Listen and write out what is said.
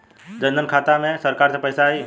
जनधन खाता मे सरकार से पैसा आई?